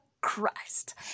Christ